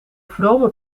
vrome